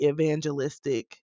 evangelistic